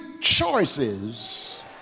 choices